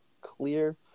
clear